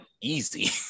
easy